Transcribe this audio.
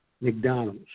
McDonald's